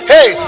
Hey